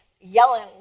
yelling